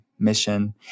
mission